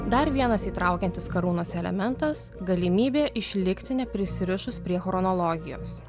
dar vienas įtraukiantis karūnos elementas galimybė išlikti neprisirišus prie chronologijos